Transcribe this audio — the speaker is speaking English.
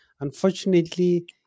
Unfortunately